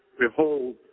Behold